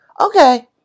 okay